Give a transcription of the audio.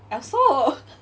I also